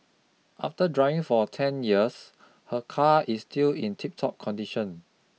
after driving for a ten years her car is still in tiptop condition